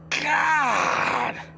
God